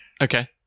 Okay